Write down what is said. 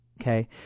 okay